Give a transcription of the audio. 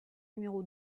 numéro